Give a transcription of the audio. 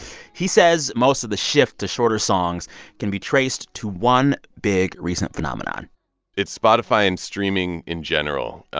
he says most of the shift to shorter songs can be traced to one big, recent phenomenon it's spotify and streaming in general,